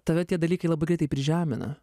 tave tie dalykai labai greitai prižemina